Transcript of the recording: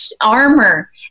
armor